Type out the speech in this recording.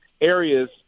areas